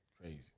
Crazy